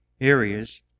areas